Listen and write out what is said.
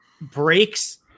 breaks